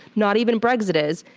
not even brexit is.